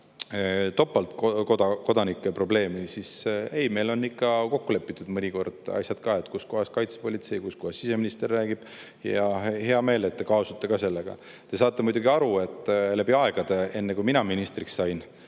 topeltkodanike probleemi, siis meil on ikka mõnikord asjad kokku lepitud, et kus kohas kaitsepolitsei, kus kohas siseminister räägib, ja on hea meel, et te kaasute ka sellega. Te saate muidugi aru, et läbi aegade, enne kui mina ministriks sain,